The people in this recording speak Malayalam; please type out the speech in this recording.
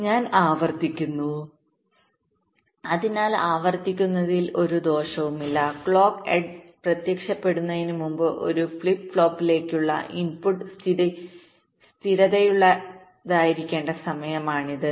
ഞാൻ ആവർത്തിക്കുന്നു അതിനാൽ ആവർത്തിക്കുന്നതിൽ ഒരു ദോഷവുമില്ല ക്ലോക്ക് എഡ്ജ് പ്രത്യക്ഷപ്പെടുന്നതിന് മുമ്പ് ഒരു ഫ്ലിപ്പ് ഫ്ലോപ്പിലേക്കുള്ള ഇൻപുട്ട് സ്ഥിരതയുള്ളതായിരിക്കേണ്ട സമയമാണിത്